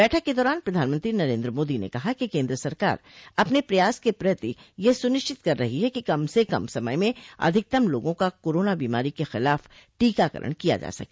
बैठक के दौरान प्रधानमंत्री नरेन्द्र मोदी ने कहा कि केन्द्र सरकार अपने प्रयास के प्रति यह सुनिश्चित कर रही है कि कम से कम समय में अधिकतम लोगों का कोरोना बीमारी के खिलाफ टीकाकरण किया जा सके